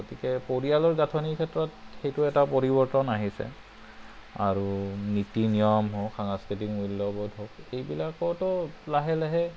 গতিকে পৰিয়ালৰ গাঁথনিৰ ক্ষেত্ৰত সেইটো এটা পৰিৱৰ্তন আহিছে আৰু নীতি নিয়ম হওক সাংস্কৃতিক মূল্যবোধ হওক এইবিলাকতো লাহে লাহে